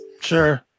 Sure